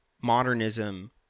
Modernism